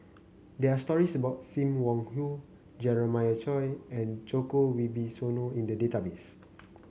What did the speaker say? there are stories about Sim Wong Hoo Jeremiah Choy and Djoko Wibisono in the database